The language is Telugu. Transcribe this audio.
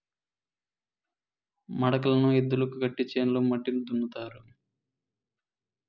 మడకలను ఎద్దులకు కట్టి చేనులో మట్టిని దున్నుతారు